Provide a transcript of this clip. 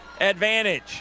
advantage